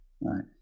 right